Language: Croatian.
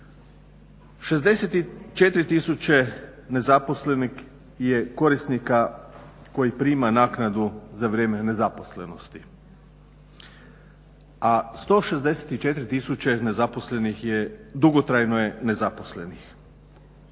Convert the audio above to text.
tisuće nezaposlenih je korisnika koji prima naknadu za vrijeme nezaposlenosti a 164 tisuće nezaposlenih je dugotrajno je nezaposlenih